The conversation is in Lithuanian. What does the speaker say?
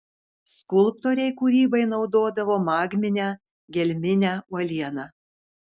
skulptoriai kūrybai naudodavo magminę gelminę uolieną